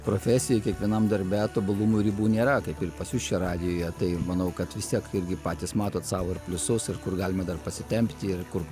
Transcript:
profesijoe kiekvienam darbe tobulumui ribų nėra kaip ir pas jus čia radijuje tai manau kad vis tiek irgi patys matot sau ir pliusus ir kur galima dar pasitempti ir kur